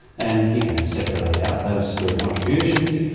and you can separate out those three contributions,